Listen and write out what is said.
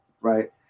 Right